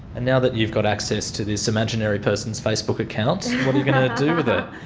and now that you've got access to this imaginary person's facebook account, what are you going to do with it?